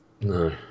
no